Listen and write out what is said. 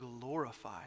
glorify